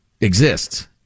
exists